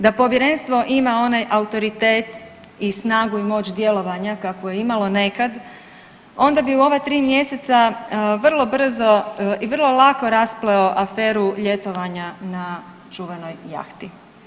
Da povjerenstvo ima onaj autoritet i snagu i moć djelovanja kakvu je imalo nekad onda bi u ova 3 mjeseca vrlo brzo i vrlo lako raspleo aferu ljetovanja na čuvenoj jahti.